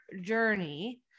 journey